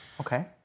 Okay